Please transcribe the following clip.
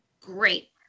Great